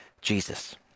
Jesus